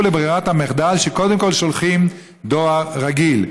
לברירת המחדל שקודם כול שולחים דואר רגיל,